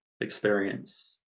experience